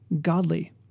godly